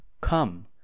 Come